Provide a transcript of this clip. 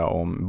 om